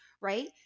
right